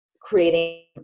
creating